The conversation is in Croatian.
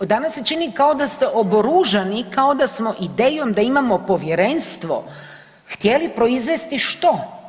Danas se čini kao da ste oboružani, kao da smo idejom da imamo povjerenstvo htjeli proizvesti, što?